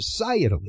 societally